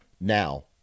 Now